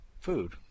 food